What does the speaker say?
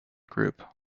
group